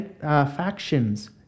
factions